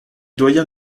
doyen